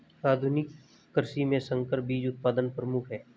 आधुनिक कृषि में संकर बीज उत्पादन प्रमुख है